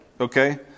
Okay